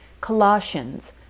Colossians